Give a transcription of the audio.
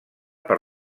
per